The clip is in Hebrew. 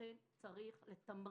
ולכן צריך לתמרץ.